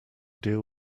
deal